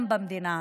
במדינה הזו.